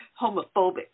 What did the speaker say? homophobic